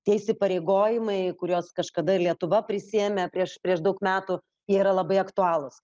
tie įsipareigojimai kuriuos kažkada lietuva prisiėmė prieš prieš daug metų yra labai aktualūs